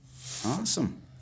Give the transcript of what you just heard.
awesome